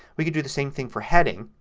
we can do the same thing for heading.